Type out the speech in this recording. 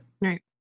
right